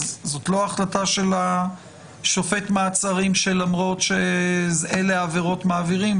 זאת לא החלטה של שופט המעצרים שלמרות שאלה העבירות מעבירים?